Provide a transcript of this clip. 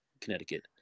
Connecticut